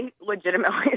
legitimately